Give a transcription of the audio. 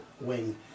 wing